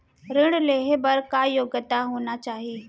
ऋण लेहे बर का योग्यता होना चाही?